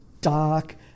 dark